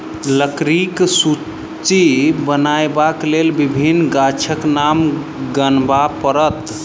लकड़ीक सूची बनयबाक लेल विभिन्न गाछक नाम गनाब पड़त